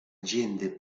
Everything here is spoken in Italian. gente